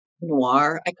noir